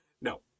No